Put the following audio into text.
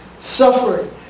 suffering